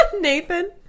Nathan